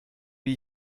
wie